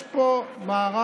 יש פה מערך